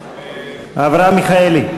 אברהם מיכאלי?